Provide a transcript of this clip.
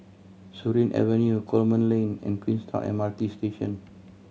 Surin Avenue Coleman Lane and Queenstown M R T Station